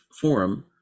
Forum